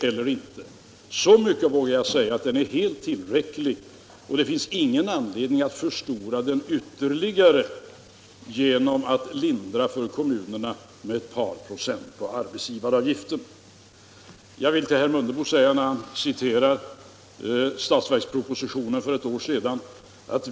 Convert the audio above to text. Så mycket vågar jag emellertid säga att den är helt tillräcklig, och det finns ingen anledning att utvidga den ytterligare genom att sänka arbetsgivaravgiften med ett par procent i stödområdet. Herr Mundebo citerade ur den statsverksproposition som var aktuell för ett år sedan.